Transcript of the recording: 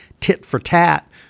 tit-for-tat